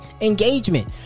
engagement